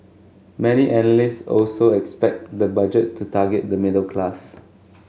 many analysts also expect the budget to target the middle class